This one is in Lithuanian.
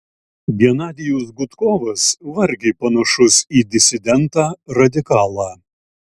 genadijus gudkovas vargiai panašus į disidentą radikalą